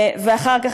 ואחר כך